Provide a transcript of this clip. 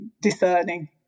discerning